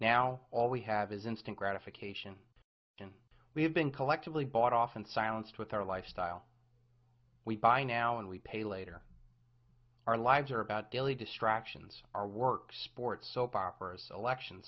now all we have is instant gratification and we have been collectively bought off and silenced with our lifestyle we buy now and we pay later our lives are about daily distractions our work sports soap opera selections